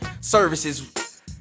services